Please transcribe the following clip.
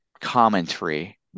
commentary